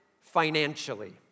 financially